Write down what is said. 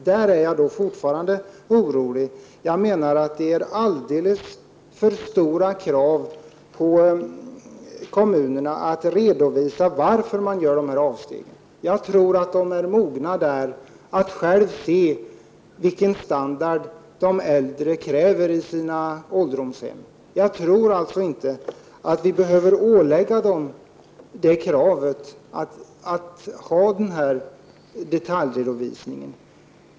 Därför är jag fortfarande orolig. Det ställs alldeles för stora krav på kommunerna när det gäller att redovisa varför man gör dessa avsteg. Jag tror att kommunalpolitikerna är mogna att själva avgöra vilka krav på standard som de äldre ställer på sina ålderdomshem. Vi behöver alltså inte ålägga kommunerna detta krav på detaljredovisning.